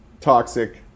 toxic